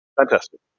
Fantastic